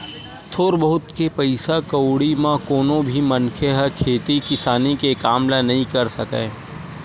थोर बहुत के पइसा कउड़ी म कोनो भी मनखे ह खेती किसानी के काम ल नइ कर सकय